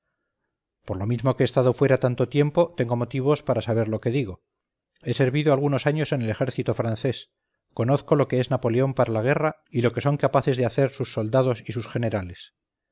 por lo mismo que he estado fuera tanto tiempo tengo motivos para saber lo que digo he servido algunos años en el ejército francés conozco lo que es napoleón para la guerra y lo que son capaces de hacer sus soldados y sus generales